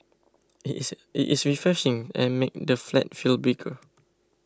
it is it is refreshing and makes the flat feel bigger